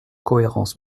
cohérence